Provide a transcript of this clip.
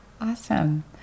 Awesome